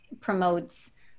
promotes